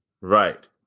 Right